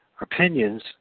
opinions